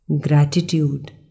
gratitude